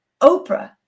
Oprah